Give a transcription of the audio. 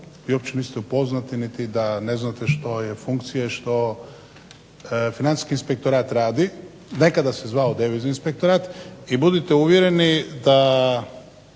uopće niste upoznati i da ne znate što je funkcija i što financijski inspektorat radi, nekada se zvao devizni inspektorat, i budite uvjereni da